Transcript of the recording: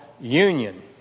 union